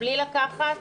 בלי לקחת